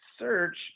search